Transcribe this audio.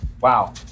Wow